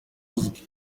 uzwi